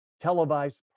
televised